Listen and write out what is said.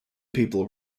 people